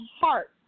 heart